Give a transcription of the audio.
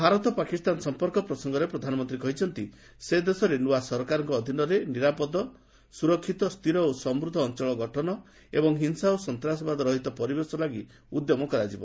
ଭାରତ ପାକିସ୍ତାନ ସମ୍ପର୍କ ପ୍ରସଙ୍ଗରେ ପ୍ରଧାନମନ୍ତ୍ରୀ କହିଛନ୍ତି ସେ ଦେଶରେ ନୂଆ ସରକାରଙ୍କ ଅଧୀନରେ ନିରାପଦ ନିରାପଦ ସୁରକ୍ଷିତ ସ୍ଥିର ଓ ସମୃଦ୍ଧ ଅଞ୍ଚଳ ଗଠନ ଏବଂ ହିଂସା ଓ ସନ୍ତାସବାଦ ରହିତ ପରିବେଶ ଗଠନ ଲାଗି ଉଦ୍ୟମ କରାଯିବ